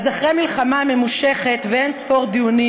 אז אחרי מלחמה ממושכת ואין-ספור דיונים,